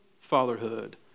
fatherhood